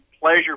pleasure